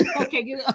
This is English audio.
Okay